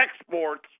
exports